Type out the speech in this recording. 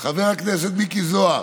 חבר הכנסת מיקי זוהר,